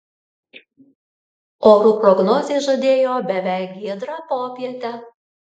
orų prognozė žadėjo beveik giedrą popietę